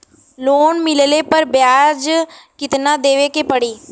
Loan मिलले पर ब्याज कितनादेवे के पड़ी?